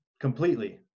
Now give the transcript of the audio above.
completely